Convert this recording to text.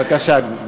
בבקשה, אדוני.